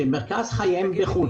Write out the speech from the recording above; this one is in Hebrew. שמרכז חייהם בחו"ל,